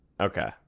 okay